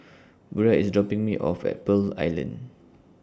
Burrel IS dropping Me off At Pearl Island